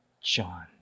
John